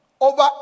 Over